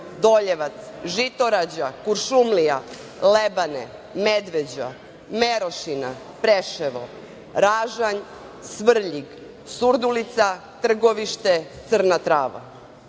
Boljevac, Žitorađa, Kuršumlija, Lebane, Medveđa, Merošina, Preševo, Ražanj, Svrljig, Surdulica, Trgovište, Crna Trava,